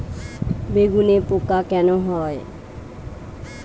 বেগুনে পোকা কেন হয়?